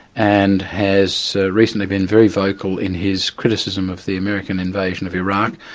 and has recently been very vocal in his criticism of the american invasion of iraq,